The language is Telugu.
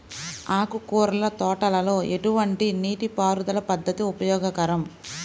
ఆకుకూరల తోటలలో ఎటువంటి నీటిపారుదల పద్దతి ఉపయోగకరం?